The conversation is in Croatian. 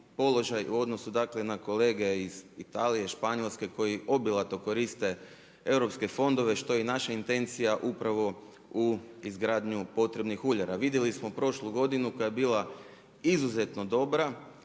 u odnosu dakle na kolege iz Italije, Španjolske koji obilato koriste europske fondove što je naša intencija upravo u izgradnju potrebnih uljara. Vidjeli smo prošlu godinu koja je bila izuzetno dobra